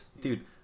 dude